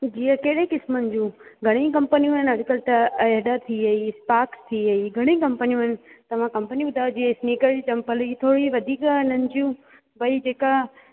जीअं कहिड़े क़िस्मनि जूं घणेई कंपनियूं आहिनि अॼुकल्ह त एड थी वेई स्पाक थी वेई घणेई कंपनियूं आहिनि त मां कंपनियूं ॿुधायो जीअं स्निकर जी चंपलियूं थोरी वधीक त हलनि थियूं भई जेका